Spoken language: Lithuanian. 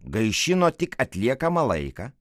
gaišino tik atliekamą laiką